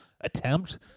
attempt